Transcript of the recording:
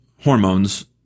hormones